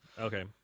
Okay